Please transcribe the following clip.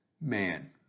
man